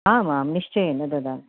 आमां निश्चयेन ददामि